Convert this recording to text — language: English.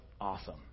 awesome